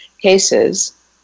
cases